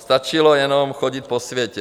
Stačilo jenom chodit po světě.